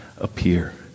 appear